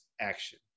action